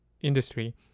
industry